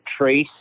trace